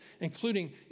including